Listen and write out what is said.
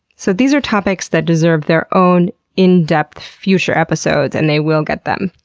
so these are topics that deserve their own in-depth, future episodes and they will get them,